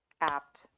apt